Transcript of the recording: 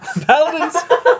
paladins